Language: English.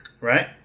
right